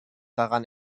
daran